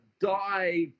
die